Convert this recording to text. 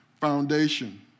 foundation